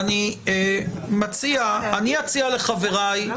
אני מציע לחברי, גם